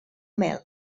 mel